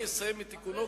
לא יסיים את תיקונו,